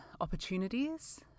opportunities